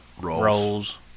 rolls